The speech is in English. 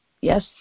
Yes